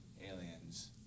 aliens